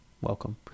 welcome